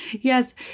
yes